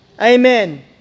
Amen